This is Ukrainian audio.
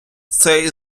цей